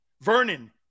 Vernon